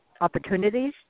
opportunities